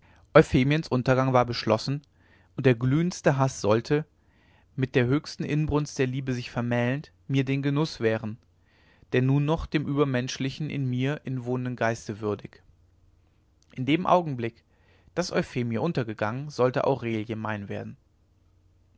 euphemiens untergang war beschlossen und der glühendste haß sollte mit der höchsten inbrunst der liebe sich vermählend mir den genuß gewähren der nun noch dem übermenschlichen mir inwohnenden geiste würdig in dem augenblick daß euphemie untergegangen sollte aurelie mein werden